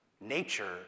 Nature